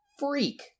freak